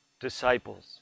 disciples